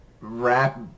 rap